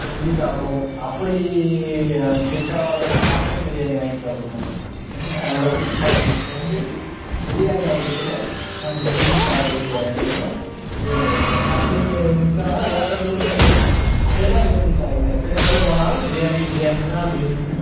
செஞ்சு சாப்பிடுவோம் அப்படி அது செட் ஆகலன்னா மட்டன் பிரியாணி வாங்கி சாப்பிடுவோம் சிக்கனு அல்லது மாட்டனு ரெண்டயுமே பிரியாணி ஆயிடுத்துல நாங்கள் விரும்பி சாப்பிடக்கூடிய ஐட்டம் பிரியாணி ஐட்டம் அப்படி மிஸ்ஸானால் ஓட்டலில் போயும் அதை தான் விரும்பி சாப்பிடுவோம் எத்தனை பேர் போனாலும் பிரியாணி பிரியாணி தான் வேணுன்னு